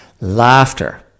Laughter